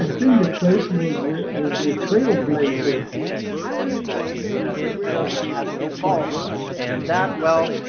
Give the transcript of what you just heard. and think that placeware was the was the trailblazer. and it was it just hasn't evolved much. and that, well,